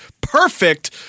perfect